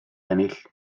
ennill